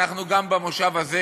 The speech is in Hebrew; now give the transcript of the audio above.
אנחנו גם במושב הזה,